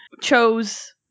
chose